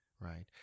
right